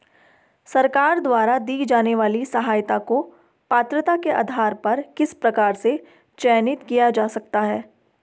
सरकार द्वारा दी जाने वाली सहायता को पात्रता के आधार पर किस प्रकार से चयनित किया जा सकता है?